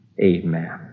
amen